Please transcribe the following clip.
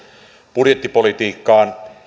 budjettipolitiikkaan